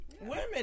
Women